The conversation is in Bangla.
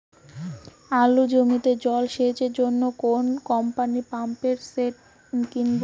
আলুর জমিতে জল সেচের জন্য কোন কোম্পানির পাম্পসেট কিনব?